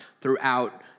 throughout